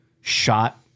shot